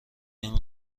این